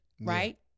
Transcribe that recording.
right